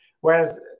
Whereas